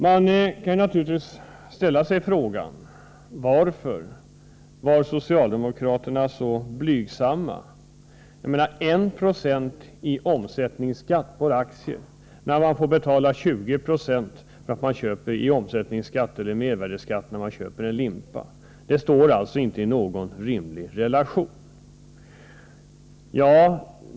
Man kan naturligtvis ställa sig frågan: Varför var socialdemokraterna så blygsamma — 1 96 i omsättningsskatt på aktier, när vi får betala 20 20 i mervärdeskatt när vi köper en limpa? Det finns alltså ingen rimlig proportion här.